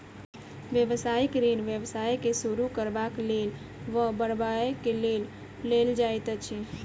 व्यवसायिक ऋण व्यवसाय के शुरू करबाक लेल वा बढ़बय के लेल लेल जाइत अछि